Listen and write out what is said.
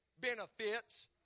benefits